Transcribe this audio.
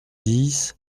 dix